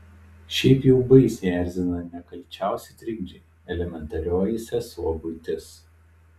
šiaip jau baisiai erzina nekalčiausi trikdžiai elementarioji sesuo buitis